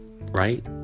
right